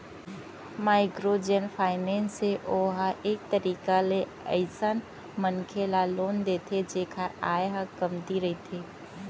micro जेन finance हे ओहा एक तरीका ले अइसन मनखे ल लोन देथे जेखर आय ह कमती रहिथे